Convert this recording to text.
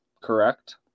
correct